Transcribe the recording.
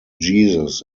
jesus